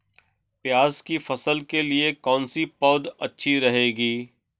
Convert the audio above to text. प्याज़ की फसल के लिए कौनसी पौद अच्छी होती है?